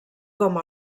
com